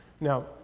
Now